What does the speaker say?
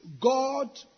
God